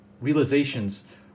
realizations